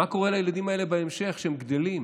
מה קורה לילדים האלה בהמשך, כשהם גדלים?